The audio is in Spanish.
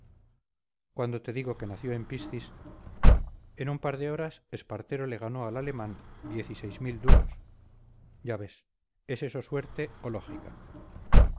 cuando te digo que nació en piscis en un par de horas espartero le ganó al alemán diez y seis mil duros ya ves es eso suerte o lógica